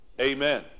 Amen